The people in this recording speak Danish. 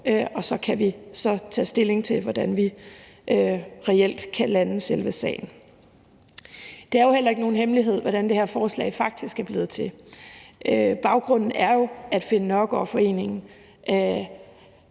vi så tage stilling til, hvordan vi reelt kan lande selve sagen. Det er heller ikke nogen hemmelighed, hvordan det her forslag faktisk er blevet til. Baggrunden er jo, at Finn Nørgaard Foreningen